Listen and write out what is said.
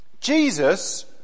Jesus